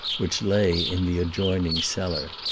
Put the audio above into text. which lay in the adjoining cellar.